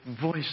voice